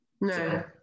No